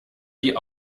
die